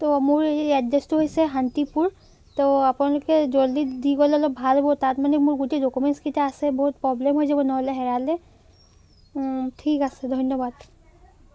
ত' মোৰ এই এড্ৰেছটো হৈছে শান্তিপুৰ ত' আপোনালোকে জল্দি দি গ'লে অলপ ভাল হ'ব তাত মানে মোৰ গোটেই ডকুমেণ্টছকেইটা আছে বহুত প্ৰব্লেম হৈ যাব নহ'লে হেৰালে ঠিক আছে ধন্যবাদ